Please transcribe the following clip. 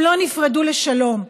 הם לא נפרדו לשלום.